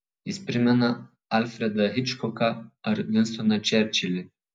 jis primena alfredą hičkoką ar vinstoną čerčilį